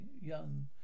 young